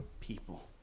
people